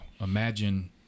Imagine